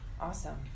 Awesome